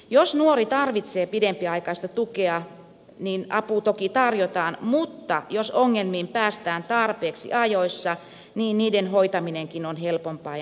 jos nuori tarvitsee pidempiaikaista tukea niin apua toki tarjotaan mutta jos ongelmiin päästään tarpeeksi ajoissa niin niiden hoitaminenkin on helpompaa ja nopeampaa